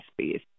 space